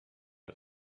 had